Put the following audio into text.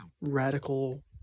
radical